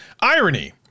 Irony